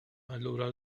allura